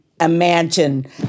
imagine